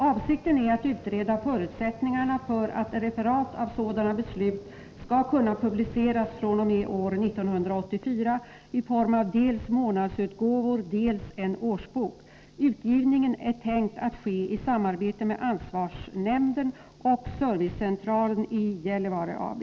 Avsikten är att utreda förutsättningarna för att referat av sådana beslut skall kunna publiceras fr.o.m. år 1984 i form av dels månadsutgåvor, dels en årsbok. Utgivningen är tänkt att ske i samarbete mellan ansvarsnämnden och Servicecentralen i Gällivare AB.